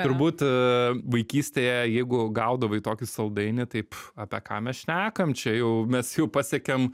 turbūt vaikystėje jeigu gaudavai tokį saldainį taip apie ką mes šnekam čia jau mes jau pasiekėm